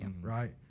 right